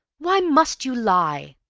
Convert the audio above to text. why must you lie?